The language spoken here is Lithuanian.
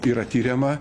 yra tiriama